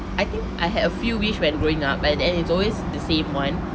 I think I had a few wish when growing up but then it's always the same one